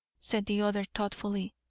said the other thoughtfully,